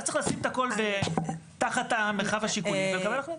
אז צריך לשים את הכל תחת מרחב השיקולים ולקבל החלטה.